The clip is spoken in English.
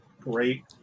great